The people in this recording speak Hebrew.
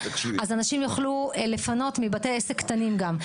אז אנשים יוכלו לפנות מבתי עסק קטנים גם.